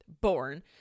born